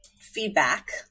feedback